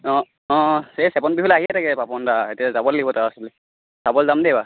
অঁ অঁ এই চেপন বিহুলৈ আহিয়ে থাকে পাপন দা এতিয়া যাব লাগিব তাৰ ওচৰলৈ চাব যাম দেই